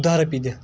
دہ رۄپیہِ تہِ